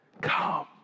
come